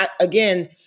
again